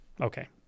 Okay